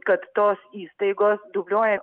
kad tos įstaigos dubliuoja